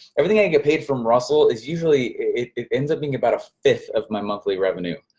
everything i get paid from russell is usually, it ends up being about a fifth of my monthly revenue.